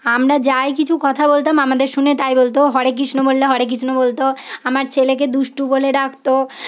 আমরা যাই কিছু কথা বলতাম আমাদের শুনে তাই বলত হরে কৃষ্ণ বললে হরে কৃষ্ণ বলত আমার ছেলেকে দুষ্টু বলে ডাকত